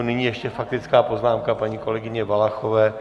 Nyní ještě faktická poznámka paní kolegyně Valachové.